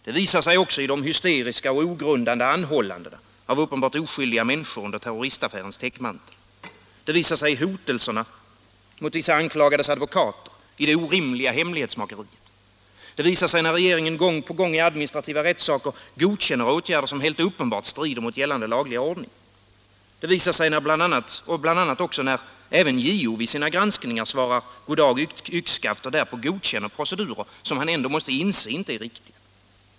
Det visar sig också i de hysteriska och ogrundade anhållandena av uppenbart oskyldiga människor under ter Om rätten att roristaffärens täckmantel. Det visar sig i hotelserna mot vissa anklagades anonymt ta del av advokater, i det orimliga hemlighetsmakeriet. Det visar sig när regeringen — allmänna handlinggång på gång i administrativa rättsärenden godkänner åtgärder som helt — ar uppenbart strider mot gällande lagliga ordning. Det visar sig bl.a. när också JO vid sina granskningar svarar ”goddag yxskaft” och därpå godkänner procedurer som han ändå måste inse inte är riktiga.